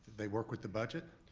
they work with the budget,